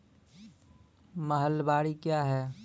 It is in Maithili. महलबाडी क्या हैं?